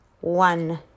one